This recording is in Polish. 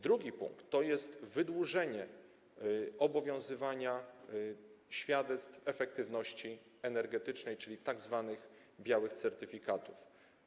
Drugi punkt to jest wydłużenie o 2 lata obowiązywania świadectw efektywności energetycznej, czyli tzw. białych certyfikatów.